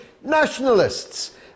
nationalists